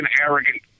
arrogant